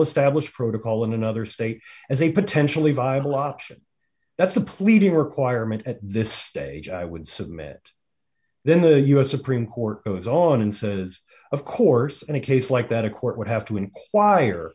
established protocol in another state as a potentially viable option that's a pleading requirement at this stage i would submit then the u s supreme court goes on and says of course in a case like that a court would have to